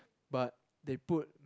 but they put